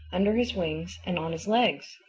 under his wings and on his legs.